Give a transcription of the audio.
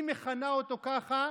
היא מכנה אותו ככה.